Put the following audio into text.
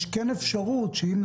יש אפשרות שאם,